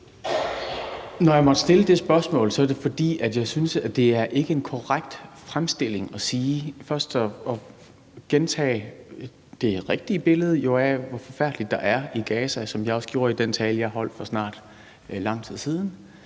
Når jeg måtte stille det spørgsmål, er det, fordi jeg ikke synes, det er en korrekt fremstilling først at gentage det rigtige billede af, hvor forfærdeligt der er i Gaza, som jeg også gjorde i den tale, jeg holdt for snart lang tid siden,